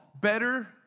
better